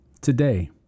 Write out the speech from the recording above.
today